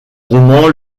romans